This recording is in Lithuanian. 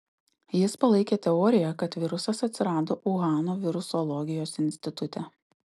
jis palaikė teoriją kad virusas atsirado uhano virusologijos institute